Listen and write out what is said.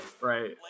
right